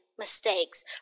mistakes